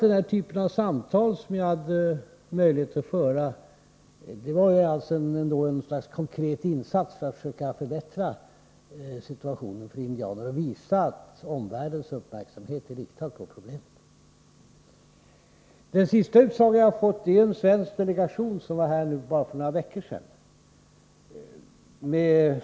Den typ av samtal som jag hade möjligheter att föra var ett slags konkret insats för att försöka förbättra situationen för indianerna och visa att omvärldens uppmärksamhet är riktad på problemet. Den senaste utsaga som jag har fått lämnades av en svensk delegation som var i området för bara några veckor sedan.